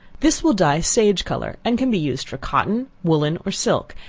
this will dye sage color, and can be used for cotton, woollen or silk,